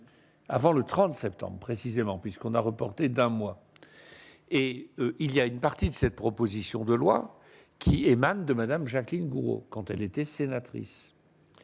avant le 30 septembre précisément puisqu'on a reporté d'un mois, et il y a une partie de cette proposition de loi qui émane de Madame Jacqueline Gourault quand elle était sénatrice